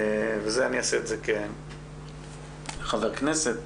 ואת זה אני אעשה כחבר כנסת,